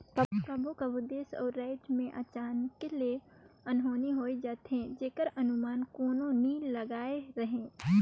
कभों कभों देस अउ राएज में अचानके ले अनहोनी होए जाथे जेकर अनमान कोनो नी लगाए रहें